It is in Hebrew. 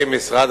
במשרד